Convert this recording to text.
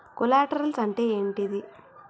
Collaterals అంటే ఏంటిది?